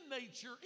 nature